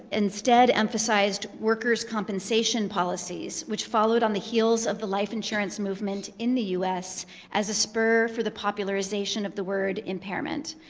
instead, emphasized workers' compensation policies, which followed on the heels of the life insurance movement in the us as a spur for the popularization of the word impairment.